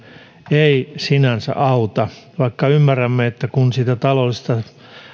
ei sinänsä auta vaikka ymmärrämme että kun sitä taloudellista